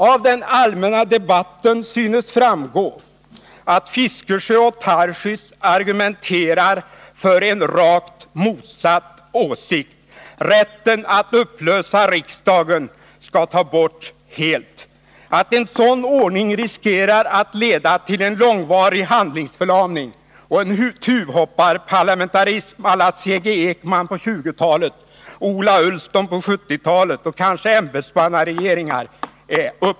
Av den allmänna debatten synes framgå att herrar Fiskesjö och Tarschys argumenterar för en rakt motsatt åsikt — rätten att upplösa riksdagen skall tas bort helt. Det är uppenbart att en sådan ordning innebär risk för en långvarig handlingsförlamning och tuvhopparparlamentarism å la C.G. Ekman på 1920-talet och Ola Ullsten på 1970-talet och kanske för ämbetsmannaregeringar.